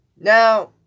Now